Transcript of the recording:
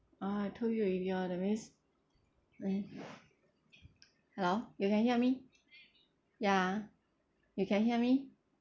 ah I told you already ah that means eh hello you can hear me ya you can hear me